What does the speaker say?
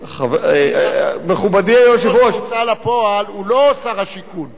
כי ראש ההוצאה לפועל הוא לא שר השיכון,